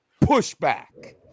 pushback